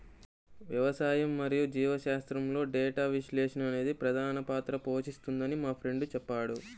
వ్యవసాయం మరియు జీవశాస్త్రంలో డేటా విశ్లేషణ అనేది ప్రధాన పాత్ర పోషిస్తుందని మా ఫ్రెండు చెప్పాడు